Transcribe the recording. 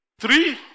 Three